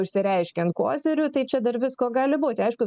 išsireiškiant kozirių tai čia dar visko gali būti aišku